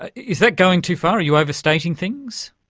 is that going too far? are you overstating things?